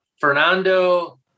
fernando